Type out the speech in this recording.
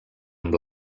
amb